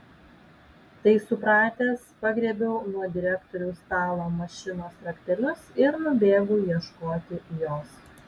tai supratęs pagriebiau nuo direktoriaus stalo mašinos raktelius ir nubėgau ieškoti jos